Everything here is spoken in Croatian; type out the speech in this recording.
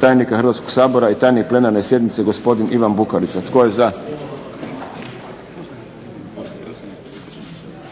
tajnika Hrvatskoga sabora i tajnik plenarne sjednice gospodin Ivan Bukarica. Tko je za?